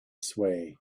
sway